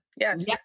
Yes